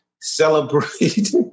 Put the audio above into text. Celebrate